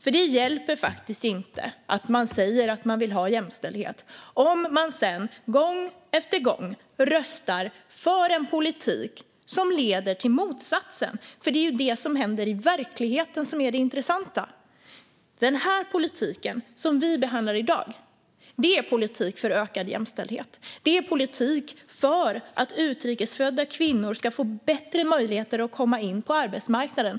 för det hjälper faktiskt inte att man säger att man vill ha jämställdhet om man sedan gång efter gång röstar för en politik som leder till motsatsen. Det är det som händer i verkligheten som är det intressanta. Den här politiken, som vi behandlar i dag, är politik för ökad jämställdhet. Det är politik för att utrikes födda kvinnor ska få bättre möjligheter att komma in på arbetsmarknaden.